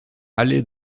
allée